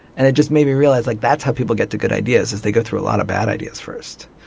and it just made me realize like that's how people get to good ideas is they go through a lot of bad ideas first.